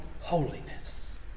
holiness